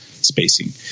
spacing